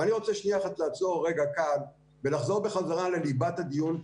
אבל אני רוצה לעצור רגע כאן ולחזור בחזרה לליבת הדיון.